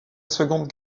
seconde